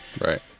Right